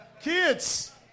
Kids